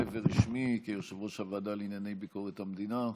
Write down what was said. ורשמי ליושב-ראש הוועדה לענייני ביקורת המדינה.